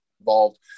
involved